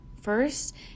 first